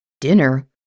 Dinner